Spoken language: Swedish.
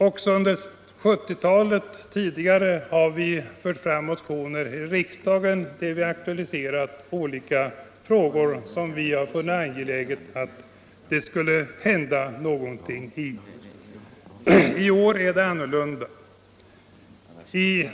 Också under tidigare riksdagar på 1970-talet har centern väckt motioner om olika kommunala frågor. I år är läget annorlunda.